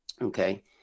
Okay